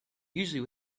usually